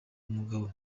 mugabo